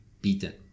beaten